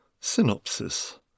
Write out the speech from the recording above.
Synopsis